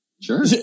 Sure